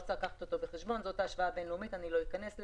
שימו